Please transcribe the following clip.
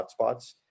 hotspots